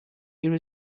here